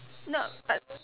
not but